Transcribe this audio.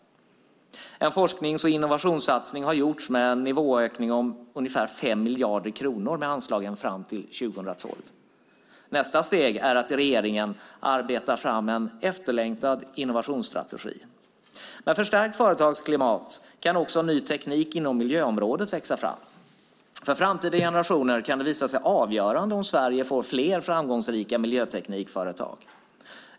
En forsknings och innovationssatsning har gjorts med en nivåökning om ungefär 5 miljarder kronor med anslagen fram till 2012. Nästa steg är att regeringen arbetar fram en efterlängtad innovationsstrategi. Med förstärkt företagsklimat kan också ny teknik inom miljöområdet växa fram. För framtida generationer kan det visa sig avgörande om Sverige får fler framgångsrika miljöteknikföretag.